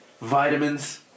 vitamins